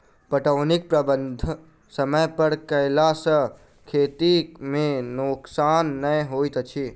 पटौनीक प्रबंध समय पर कयला सॅ खेती मे नोकसान नै होइत अछि